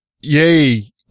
yay